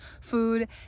food